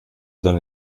dann